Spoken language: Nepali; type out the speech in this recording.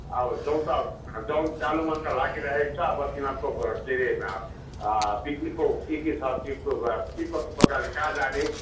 अब जाउँ त अब जाउँ जानु मन त लागिरहेको छ अब तिमीहरू के हरे पिकनिकको के के छ के के कस्तो प्रकारले कहाँ जाने